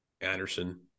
Anderson